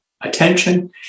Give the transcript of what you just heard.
attention